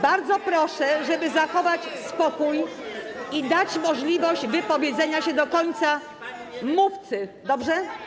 Bardzo proszę, żeby zachować spokój i dać możliwość wypowiedzenia się mówcy do końca, dobrze?